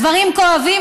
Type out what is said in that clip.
דברים כואבים,